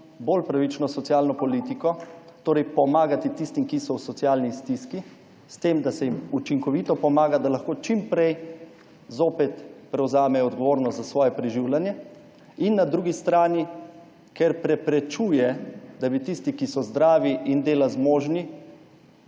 bolj pravično socialno politiko, torej pomagati tistim, ki so v socialni stiski s tem, da se jim učinkovito pomaga, da lahko čim prej zopet prevzamejo odgovornost za svoje preživljanje. In na drugi strani, ker preprečuje, da bi tisti, ki so zdravi in dela zmožni